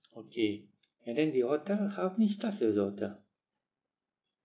okay and then the hotel how many stars is the hotel